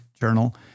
Journal